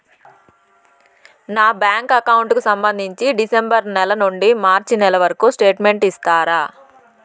నా bank account కు సంబంధించి డిసెంబరు నెల నుండి మార్చి నెలవరకు స్టేట్మెంట్ ఇస్తారా?